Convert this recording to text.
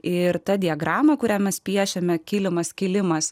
ir tą diagramą kurią mes piešiame kilimas kilimas